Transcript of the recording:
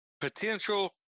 Potential